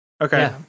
Okay